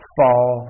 fall